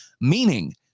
meaning